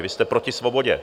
Vy jste proti svobodě.